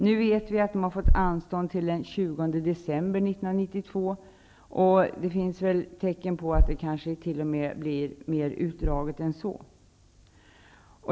Nu vet vi att man har fått anstånd till den 20 december 1992, och det finns tecken på att arbetet t.o.m. blir mer utdraget än så.